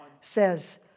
says